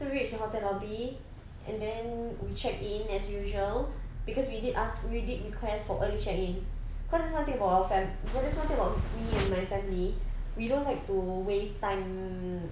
so reached the hotel lobby and then we checked in as usual cause we did ask we did request for early check in cause one thing about our fam~ there's one thing about me and my family we don't like to waste time